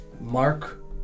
mark